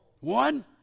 One